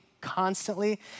constantly